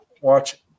watch